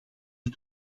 met